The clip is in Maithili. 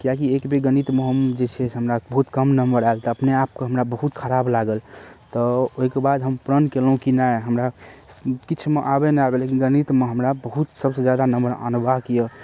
किएक कि एक बेर गणितमे हम जे छै से हमरा बहुत कम नम्बर आयल तऽ हम अपने आपके हमरा बहुत खराब लागल तऽ ओइके बाद हम प्रण कयलहुँ कि नहि हमरा किछुमे आबै नहि आबै लेकिन गणितमे हमरा बहुत सभसँ जादा नम्बर अनबाक यऽ